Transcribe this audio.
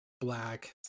black